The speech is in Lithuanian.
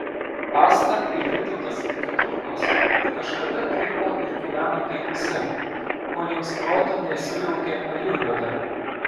asta ir vytautas keturkos kažkada dirbo ir gyveno kaip visi kol jiems proto nesujaukė ajurveda